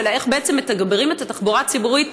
אלא איך בעצם מתגברים את התחבורה הציבורית,